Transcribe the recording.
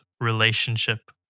relationship